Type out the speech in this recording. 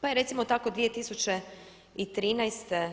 Pa je recimo tako 2013.